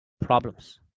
problems